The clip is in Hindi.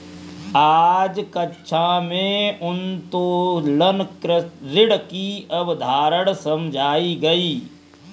आज कक्षा में उत्तोलन ऋण की अवधारणा समझाई गई